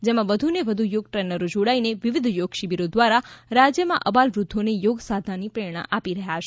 જેમાં વધુને વધુ થોગ ટ્રેનરો જોડાઇને વિવિધ યોગ શિબિરો દ્વારા રાજ્યમાં અબાલવૃધ્યોને યોગસાધનાની પ્રેરણા આપી રહ્યાં છે